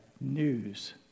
news